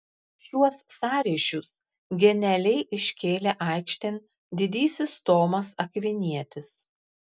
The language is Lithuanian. šiuos sąryšius genialiai iškėlė aikštėn didysis tomas akvinietis